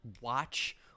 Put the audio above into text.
watch